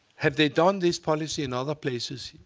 have they done this policy in other places?